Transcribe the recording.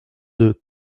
deux